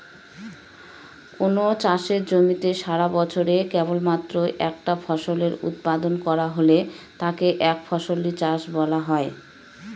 কোনো চাষের জমিতে সারাবছরে কেবলমাত্র একটা ফসলের উৎপাদন করা হলে তাকে একফসলি চাষ বলা হয়